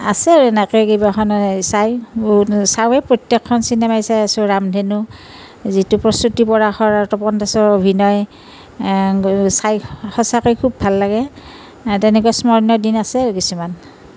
আছে আৰু এনেকৈ কিবা এখন চাই চাওঁয়েই প্ৰত্যেকখন চিনেমাই চাই আছোঁ ৰামধেনু যিটো প্ৰস্তুতি পৰাশৰ আৰু তপন দাসৰ অভিনয় চাই সচাঁকৈ খুব ভাল লাগে তেনেকুৱা স্মৰণীয় দিন আছে আৰু কিছুমান